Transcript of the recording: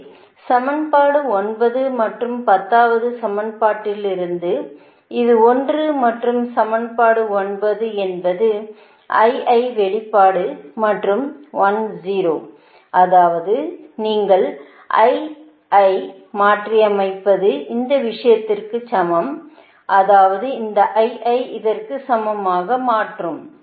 எனவே சமன்பாடு 9 மற்றும் 10 வது சமன்பாட்டிலிருந்து இது ஒன்று மற்றும் சமன்பாடு 9 என்பது வெளிப்பாடு மற்றும் 10 அதாவது நீங்கள் மாற்றியமைப்பது இந்த விஷயத்திற்கு சமம் அதாவது இந்த இதற்கு சமமாக மாற்றும்